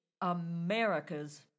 America's